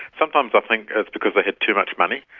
sometimes i think it's because they had too much money.